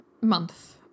month